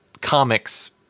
Comics